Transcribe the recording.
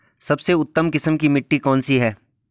सबसे उत्तम किस्म की मिट्टी कौन सी है?